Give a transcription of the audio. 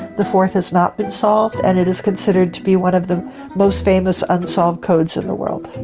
the fourth has not been solved and it is considered to be one of the most famous unsolved codes of the world.